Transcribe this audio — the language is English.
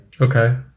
Okay